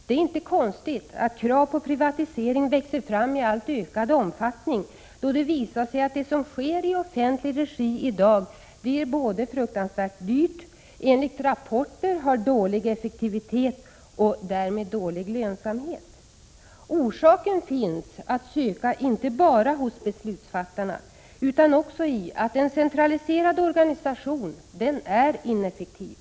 Det är inte konstigt att krav på privatisering växer fram i allt större omfattning, då det visar sig att det som sker i offentlig regi i dag både blir fruktansvärt dyrt och enligt rapporter har dålig effektivitet och därmed dålig lönsamhet. Orsaken finns att söka inte bara hos beslutsfattarna utan också i att en centraliserad organisation är ineffektiv.